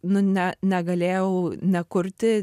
nu ne negalėjau nekurti